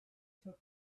took